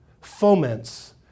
foments